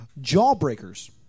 Jawbreakers